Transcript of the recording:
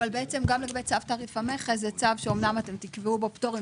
אבל בצו תעריף המכס זה צו שאמנם תקבעו בפטורים